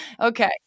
Okay